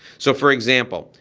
so, for example,